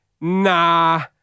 nah